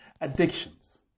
Addictions